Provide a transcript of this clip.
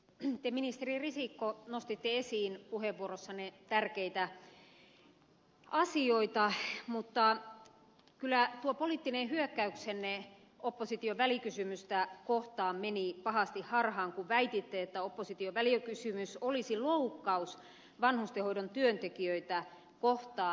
te ministeri risikko nostitte esiin puheenvuorossanne tärkeitä asioita mutta kyllä tuo poliittinen hyökkäyksenne opposition välikysymystä kohtaan meni pahasti harhaan kun väititte että opposition välikysymys olisi loukkaus vanhustenhoidon työntekijöitä kohtaan